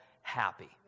happy